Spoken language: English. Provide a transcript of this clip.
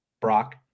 Brock